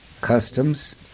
customs